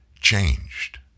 changed